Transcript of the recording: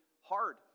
hard